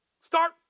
Start